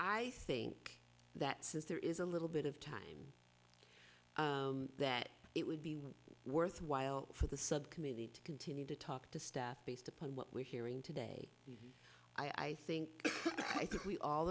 i think that since there is a little bit of time that it would be worthwhile for the subcommittee to continue to talk to staff based upon what we're hearing today i think